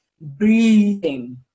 breathing